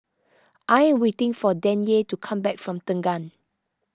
I am waiting for Danyel to come back from Tengah